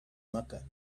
mecca